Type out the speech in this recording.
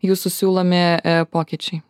jūsų siūlomi pokyčiai